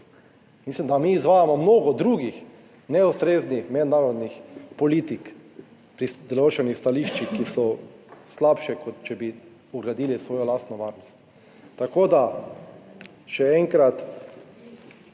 Mislim, da mi izvajamo mnogo drugih neustreznih mednarodnih politik pri določenih stališčih, ki so slabše, kot če bi gradili svojo lastno varnost. Tako da, še enkrat,